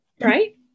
Right